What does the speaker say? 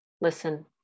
listen